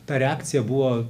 ta reakcija buvo